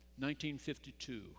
1952